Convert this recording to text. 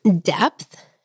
depth